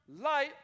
light